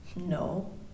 No